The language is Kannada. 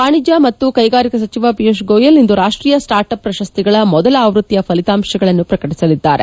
ವಾಣಿಜ್ಞ ಮತ್ತು ಕೈಗಾರಿಕಾ ಸಚಿವ ಪಿಯೂಷ್ ಗೋಯಲ್ ಇಂದು ರಾಷ್ಷೀಯ ಸ್ವಾರ್ಟ್ ಅಪ್ ಪ್ರಶಸ್ತಿಗಳ ಮೊದಲ ಆವೃತ್ತಿಯ ಫಲಿತಾಂಶಗಳನ್ನು ಪ್ರಕಟಿಸಲಿದ್ದಾರೆ